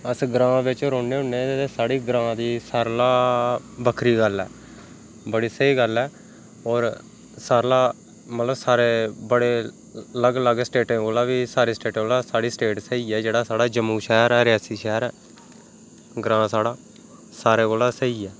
अस ग्रांऽ बिच्च रौह्न्ने होन्ने ते साढ़े ग्रांऽ दी सारे कोला बक्खरी गल्ल ऐ बड़ी स्हेई गल्ल ऐ होर सारे'ला मतलब सारे बड़े अलग अलग स्टेटें कोला बी साढ़ी सारी स्टेटें कोला बी साढ़ी स्टेट स्हेई ऐ जेह्ड़ा साढ़ा जम्मू शैह्र ऐ रियासी शैह्र ऐ ग्रांऽ साढ़ा सारे कोला स्हेई ऐ